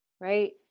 right